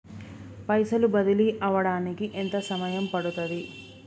పైసలు బదిలీ అవడానికి ఎంత సమయం పడుతది?